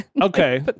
Okay